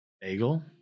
Bagel